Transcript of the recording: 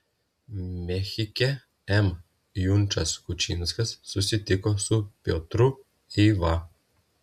mechike m junčas kučinskas susitiko su piotru eiva